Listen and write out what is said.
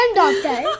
doctor